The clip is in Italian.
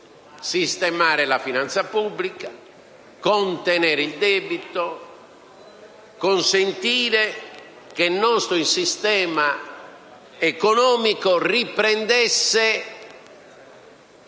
sistemare la finanza pubblica, contenere il debito e consentire che il nostro sistema economico riprendesse